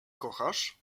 kochasz